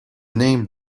name